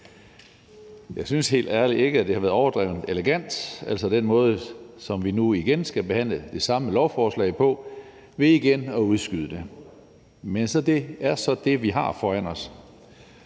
Jeg synes helt ærligt ikke, det er overdrevent elegant, at vi nu igen skal behandle det samme lovforslag ved igen at udskyde det. Men det er så det, vi har foran os.